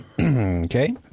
Okay